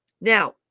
now